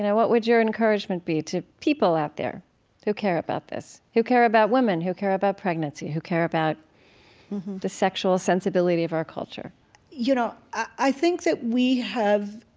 and what your encouragement be to people out there who care about this? who care about women, who care about pregnancy, who care about the sexual sensibility of our culture you know, i think that we have